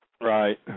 Right